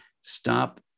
stop